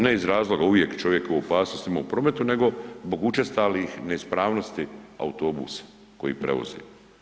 Ne iz razloga uvijek čovjek ima opasnosti u prometu, nego zbog učestalih neispravnosti autobusa koji prevoze.